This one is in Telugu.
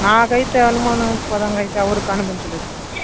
నాకయితే అనుమానస్పదంగా అయితే ఎవరూ కనిపించలేదు సార్